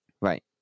Right